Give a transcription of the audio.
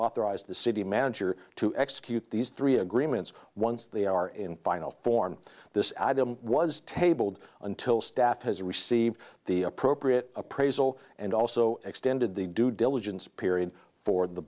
authorize the city manager to execute these three agreements once they are in final form this item was tabled until staff has received the appropriate appraisal and also extended the due diligence period for the